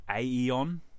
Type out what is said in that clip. Aeon